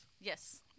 Yes